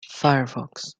firefox